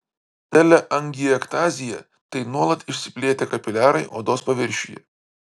teleangiektazija tai nuolat išsiplėtę kapiliarai odos paviršiuje